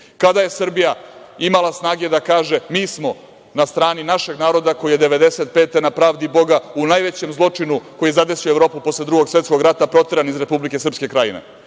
Kada je Srbija imala snage da kaže - mi smo na strani našeg naroda koji je 1995. godine, na pravdi boga, u najvećem zločinu koji je zadesio Evropu posle Drugog svetskog rata, proteran iz Republike Srpske Krajine?